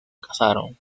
casaron